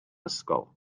ysgol